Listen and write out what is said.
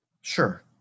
Sure